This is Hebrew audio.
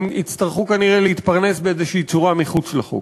הם יצטרכו כנראה להתפרנס באיזושהי צורה מחוץ לחוק.